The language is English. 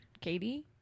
Katie